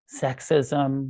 sexism